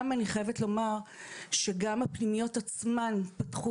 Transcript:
אני חייבת לומר שגם הפנימיות עצמן פתחו